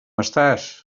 estàs